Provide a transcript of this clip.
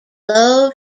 low